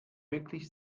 wirklich